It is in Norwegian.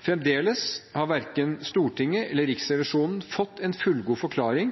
Fremdeles har verken Stortinget eller Riksrevisjonen fått en fullgod forklaring